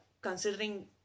considering